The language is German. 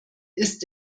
ist